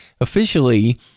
officially